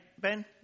ben